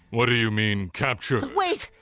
what do you mean captured? wait!